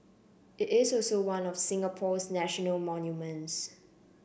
it is also one of Singapore's national monuments